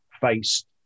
faced